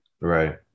right